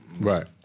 Right